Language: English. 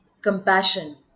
compassion